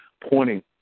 pointing